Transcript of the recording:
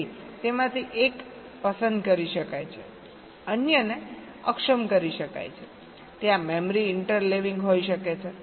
તેથી તેમાંથી એક પસંદ કરી શકાય છે અન્યને અક્ષમ કરી શકાય છે ત્યાં મેમરી ઇન્ટરલેવિંગ હોઈ શકે છે